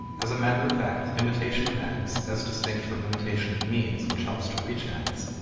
as matter of fact, imitation of ends, as distinct from imitation of means which help to reach ends,